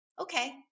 Okay